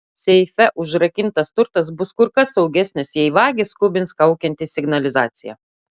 seife užrakintas turtas bus kur kas saugesnis jei vagį skubins kaukianti signalizacija